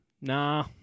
nah